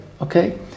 okay